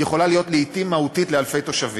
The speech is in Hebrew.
יכול להיות לעתים מהותי לאלפי תושבים.